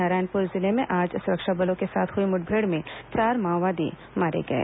नारायणपुर जिले में आज सुरक्षा बलों के साथ हुई मुठभेड़ में चार माओवादी मारे गए